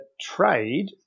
trade